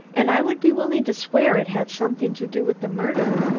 and i would be willing to swear it had something to do with the murder.